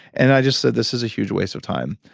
and i just said, this is a huge waste of time.